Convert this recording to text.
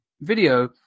video